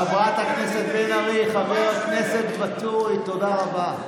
חברת הכנסת בן ארי, חבר הכנסת ואטורי, תודה רבה.